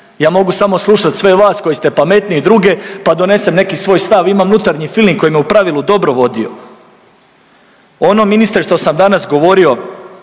ja mogu samo slušati sve vas koji ste pametniji i druge pa donesem neki svoj stav, imam unutarnji filing koji me u pravilu dobro vodio. Ono ministre što sam danas govorio